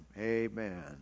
amen